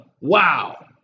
wow